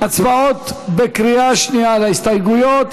הצבעות בקריאה שנייה על ההסתייגויות.